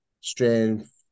strength